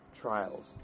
trials